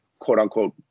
quote-unquote